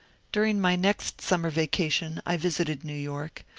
during my next summer vacation i visited new york,